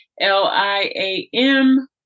L-I-A-M